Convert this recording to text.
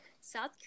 south